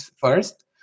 first